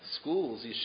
schools